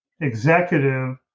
executive